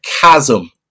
chasm